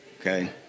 okay